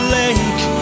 lake